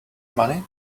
money